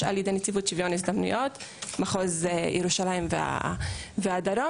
על ידי נציבות שוויון הזדמנויות מחוז ירושלים והדרום.